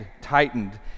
tightened